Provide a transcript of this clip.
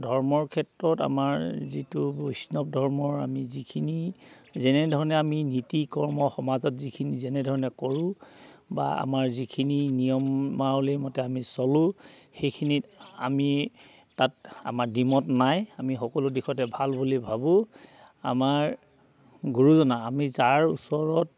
ধৰ্মৰ ক্ষেত্ৰত আমাৰ যিটো বৈষ্ণৱ ধৰ্মৰ আমি যিখিনি যেনেধৰণে আমি নীতি কৰ্ম সমাজত যিখিনি যেনেধৰণে কৰোঁ বা আমাৰ যিখিনি নিয়মাৱলি মতে আমি চলোঁ সেইখিনিত আমি তাত আমাৰ ডিমত নাই আমি সকলো দিশতে ভাল বুলি ভাবোঁ আমাৰ গুৰুজনা আমি যাৰ ওচৰত